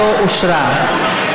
לא אושרה.